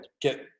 get